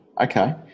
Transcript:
okay